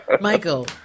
Michael